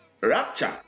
rapture